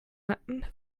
hatten